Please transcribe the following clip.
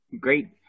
Great